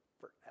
forever